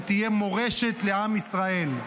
שתהיה מורשת לעם ישראל.